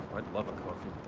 i'd love a coffee.